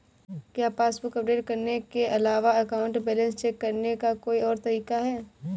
क्या passbook update करने के अलावा अकाउंट बैलेंस चेक करने का कोई और तरीका है?